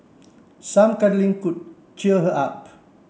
some cuddling could cheer her up